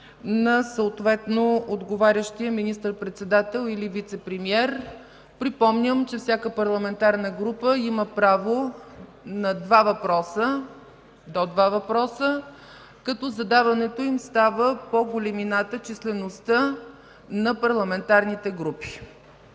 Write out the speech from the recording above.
на съответно отговарящия министър-председател или вицепремиер. Припомням, че всяка парламентарна група има право на до два въпроса, като задаването им става по големината, числеността на парламентарните групи.